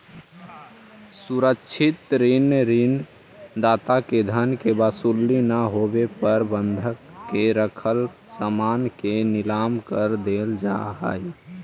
सुरक्षित ऋण में ऋण दाता के धन के वसूली ना होवे पर बंधक के रखल सामान के नीलाम कर देल जा हइ